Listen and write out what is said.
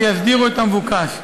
שיסדירו את המבוקש.